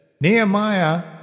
Nehemiah